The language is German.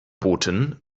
booten